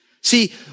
See